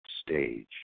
stage